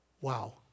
Wow